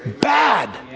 bad